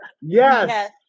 Yes